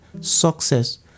success